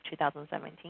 2017